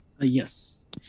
Yes